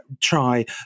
try